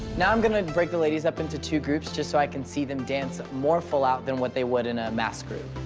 now i'm gonna break the ladies up into two groups, just so i can see them dance more full out than what they would in a mass group.